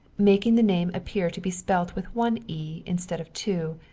making the name appear to be spelt with one e instead of two,